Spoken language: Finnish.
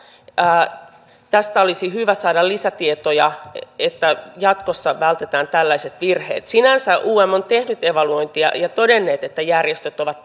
tästä olisi hyvä saada lisätietoja että jatkossa vältetään tällaiset virheet sinänsä um on tehnyt evaluointia ja todennut että järjestöt ovat